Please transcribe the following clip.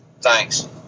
Thanks